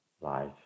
Life